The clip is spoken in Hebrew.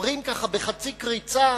אומרים ככה בחצי קריצה: